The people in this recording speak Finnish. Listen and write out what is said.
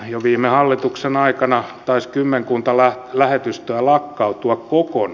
jo viime hallituksen aikana taisi kymmenkunta lähetystöä lakkautua kokonaan